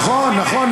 נכון,